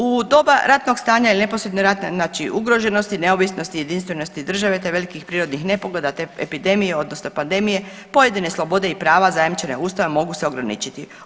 U doba ratnog stanja ili neposredne ratne znači ugroženosti, neovisnosti i jedinstvenosti države, te velikih prirodnih nepogoda, te epidemije odnosno pandemije pojedine slobode i prava zajamčene Ustavom mogu se ograničiti.